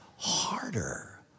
harder